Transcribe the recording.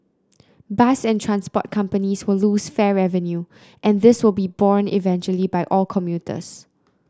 bus and transport companies will lose fare revenue and this will be borne eventually by all commuters